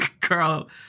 Carl